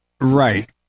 Right